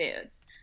foods